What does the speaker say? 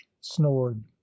snored